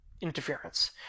interference